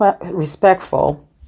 respectful